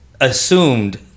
assumed